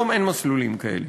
היום אין מסלולים כאלה.